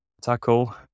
tackle